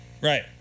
Right